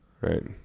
Right